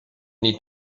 need